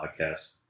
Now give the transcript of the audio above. podcast